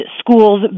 schools